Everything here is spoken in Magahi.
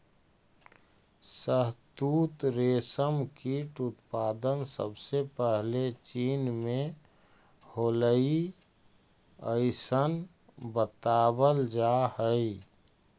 शहतूत रेशम कीट उत्पादन सबसे पहले चीन में होलइ अइसन बतावल जा हई